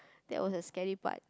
that was a scary part